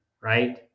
Right